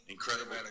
Incredible